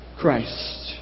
Christ